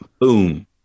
Boom